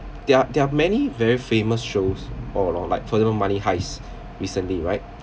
there're there are many very famous shows or a lot like fellow money heist recently right